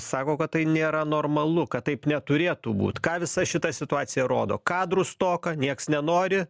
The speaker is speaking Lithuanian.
sako kad tai nėra normalu kad taip neturėtų būt ką visa šita situacija rodo kadrų stoką nieks nenori